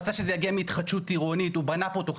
אני רוצה למצות את הדיור הציבורי, את המידע.